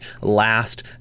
last